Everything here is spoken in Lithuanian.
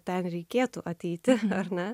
ten reikėtų ateiti ar ne